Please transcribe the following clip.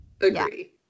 agree